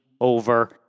over